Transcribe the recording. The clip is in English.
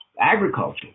agriculture